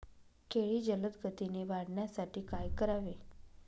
केळी जलदगतीने वाढण्यासाठी काय करावे?